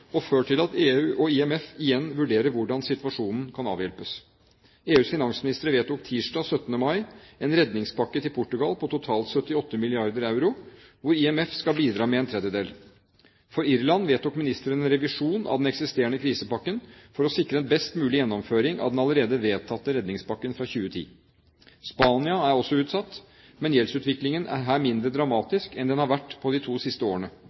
og ført til at EU og IMF igjen vurderer hvordan situasjonen kan avhjelpes. EUs finansministere vedtok tirsdag 17. mai en redningspakke til Portugal på totalt 78 mrd. euro, hvor IMF skal bidra med en tredjedel. For Irland vedtok ministrene en revisjon av den eksisterende krisepakken for å sikre en best mulig gjennomføring av den allerede vedtatte redningspakken fra 2010. Spania er også utsatt, men gjeldsutviklingen er her mindre dramatisk enn den har vært de to siste årene.